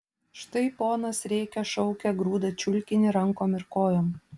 štai ponas rėkia šaukia grūda čiulkinį rankom ir kojom